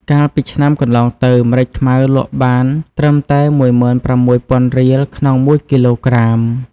កាលពីឆ្នាំកន្លងទៅ ម្រេចខ្មៅលក់បានត្រឹមតែ ១៦០០០ រៀល ក្នុងមួយគីឡូក្រាម។